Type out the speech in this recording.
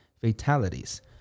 fatalities